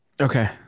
Okay